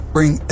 Bring